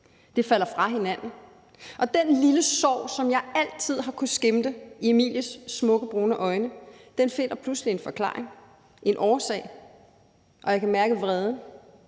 Det falder fra hinanden, og den lille sorg, som jeg altid har kunnet skimte i Emilies smukke brune øjne, finder pludselig en forklaring, en årsag, og jeg kan mærke vreden,